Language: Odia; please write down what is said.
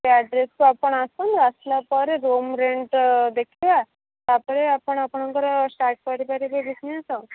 ସେ ଆଡ୍ରେସକୁ ଆପଣ ଆସନ୍ତୁ ଆସିଲା ପରେ ରୁମ୍ ରେଣ୍ଟ ଦେଖିବା ତା ପରେ ଆପଣ ଆପଣଙ୍କର ଷ୍ଟାର୍ଟ କରିପାରିବେ ବିଜିନେସ୍ ଆଉ